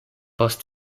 post